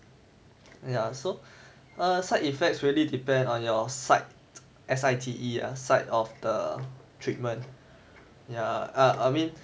ya so a side effects really depend on your site S I T E ah site of the treatment yeah err I mean